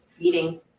meeting